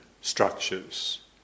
structures